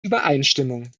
übereinstimmung